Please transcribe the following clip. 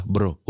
Bro